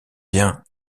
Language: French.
bien